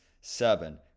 seven